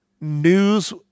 news